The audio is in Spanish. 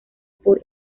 por